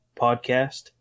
podcast